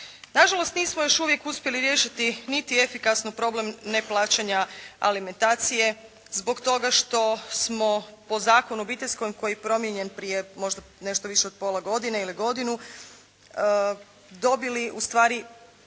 Na žalost nismo još uvijek uspjeli riješiti niti efikasno problem neplaćanja alimentacije zbog toga što smo po Zakonu obiteljskom koji je promijenjen prije možda nešto više od pola godine ili godinu, dobili ustvari